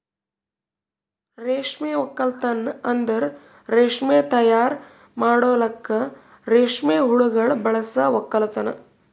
ರೇಷ್ಮೆ ಒಕ್ಕಲ್ತನ್ ಅಂದುರ್ ರೇಷ್ಮೆ ತೈಯಾರ್ ಮಾಡಲುಕ್ ರೇಷ್ಮೆ ಹುಳಗೊಳ್ ಬಳಸ ಒಕ್ಕಲತನ